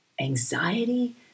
anxiety